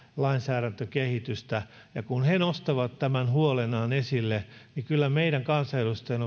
lainsäädäntökehitystä ja kun he nostavat tämän huolenaan esille niin kyllä meidän kansanedustajien